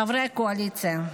חברי הקואליציה,